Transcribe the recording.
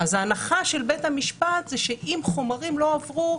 אז ההנחה של בית המשפט שאם חומרים לא הועברו,